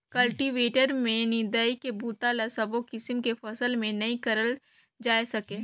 cultivator में निंदई के बूता ल सबो किसम के फसल में नइ करल जाए सके